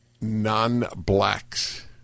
non-blacks